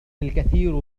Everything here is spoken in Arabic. الكثير